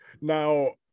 Now